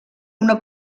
una